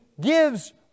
gives